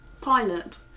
pilot